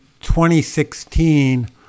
2016